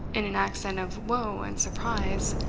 in an accent of wo and surprise,